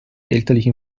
elterlichen